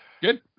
good